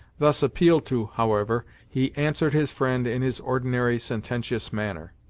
thus appealed to, however, he answered his friend in his ordinary sententious manner.